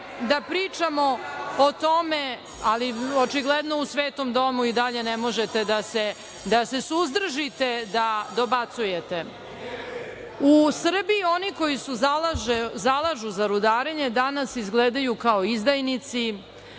da pričamo o tome, ali očigledno u svetom domu i dalje ne možete da se suzdržite da dobacujete, u Srbiji oni koji se zalažu za rudarenje danas izgledaju kao izdajnici,